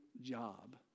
job